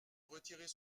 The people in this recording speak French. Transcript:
retirer